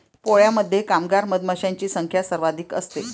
पोळ्यामध्ये कामगार मधमाशांची संख्या सर्वाधिक असते